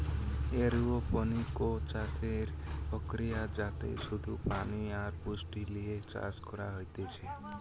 aeroponics চাষের প্রক্রিয়া যাতে শুধু পানি আর পুষ্টি লিয়ে চাষ করা হতিছে